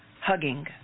hugging